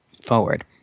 forward